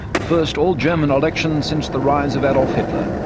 the first all-german election since the rise of adolf hitler.